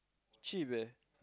cheap eh